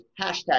hashtag